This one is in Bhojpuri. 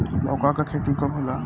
लौका के खेती कब होला?